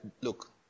Look